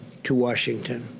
to washington.